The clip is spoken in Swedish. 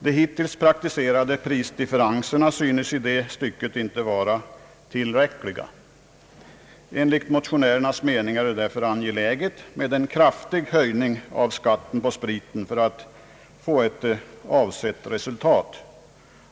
De hittills praktiserade prisdifferenserna synes i det stycket inte vara tillräckliga. Enligt motionärernas mening är därför en kraftig höjning av spritskatten angelägen för att få avsett resultat.